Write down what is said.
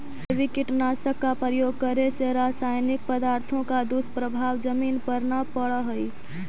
जैविक कीटनाशक का प्रयोग करे से रासायनिक पदार्थों का दुष्प्रभाव जमीन पर न पड़अ हई